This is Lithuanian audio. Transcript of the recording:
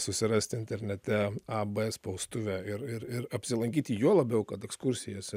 susirasti internete ab spaustuvę ir ir apsilankyti juo labiau kad ekskursijas